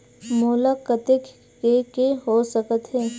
मोला कतेक के के हो सकत हे?